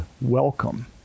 welcome